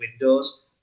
windows